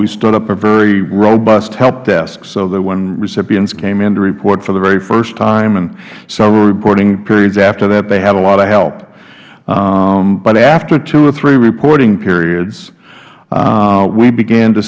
we stood up a very robust help desk so that when recipients came in to report for the very first time and several reporting periods after that they had a lot of help but after two or three reporting periods we began to